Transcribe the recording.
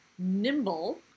Nimble